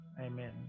amen